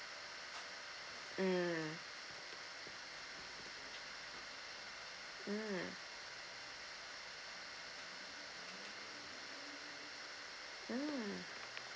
mm mm mm